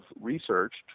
researched